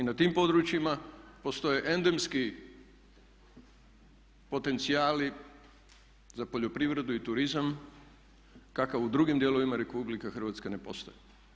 I na tim područjima postoje endemski potencijali za poljoprivredu i turizam kakav u drugim dijelovima Republike Hrvatske ne postoji.